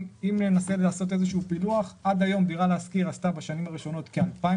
בשנים הראשונות דירה להשכיר עשתה כ-2,000